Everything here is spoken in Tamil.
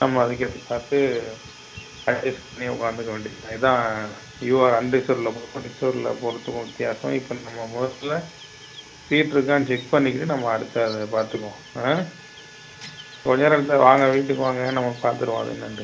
நம்ம அதுக்கேற்ற பார்த்து அட்ஜஸ் பண்ணி உட்கார்ந்துக்க வேண்டியதுதான் இது தான் யூஆர் அன்ரிசெர்வ்டில் போவறதுக்கும் ரிசெர்வ்டில் போவறதுக்கும் வித்தியாசம் இப்போ நம்ம முதல்ல சீட்ருக்கான்னு செக் பண்ணிகிட்டு நம்ம அடுத்த இதில் பார்த்துக்குவோம் கொஞ்சம் நேரம் இருந்தால் வாங்க வீட்டுக்கு வாங்க நம்ம பார்த்துருவோம் அது என்னன்ட்டு